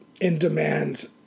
in-demand